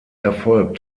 erfolg